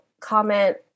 comment